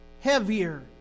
heavier